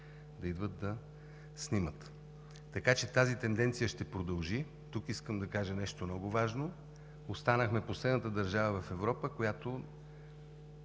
да идват и да снимат. Така че тази тенденция ще продължи. Тук искам да кажа нещо много важно. Останахме последната държава в Европа, която